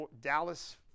Dallas